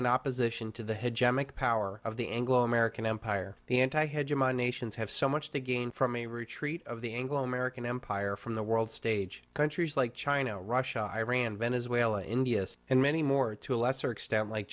in opposition to the head jemmett power of the anglo american empire the anti head human nations have so much to gain from a retreat of the anglo american empire from the world stage countries like china russia iran venezuela india and many more to a lesser extent like